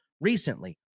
recently